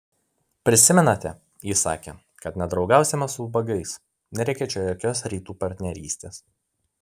prisimenate ji sakė kad nedraugausime su ubagais nereikia čia jokios rytų partnerystės